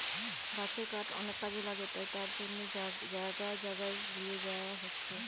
গাছের কাঠ অনেক কাজে লাগে তাই তার জন্যে জাগায় জাগায় লিয়ে যায়া হচ্ছে